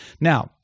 Now